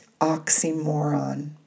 oxymoron